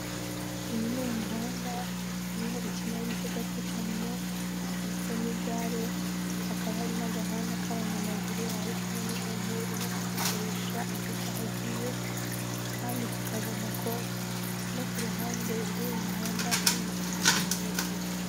Uyu ni umuhanda uriho ikinyabiziga cy'ikamyo ndetse n'igare, hakaba hari n'agahanda k'abanyamaguru, aho tubona umuntu urimo kugakoresha afite aho agiye kandi tukabona ko no ku ruhande rw'uyu muhanda hari ibiti birebire byiza.